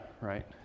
right